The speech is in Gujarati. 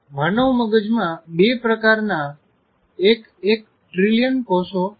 માનવ મગજ માં બે પ્રકારના એક એક ટ્રિલિયન કોષો છે